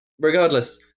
regardless